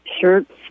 shirts